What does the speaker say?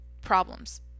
problems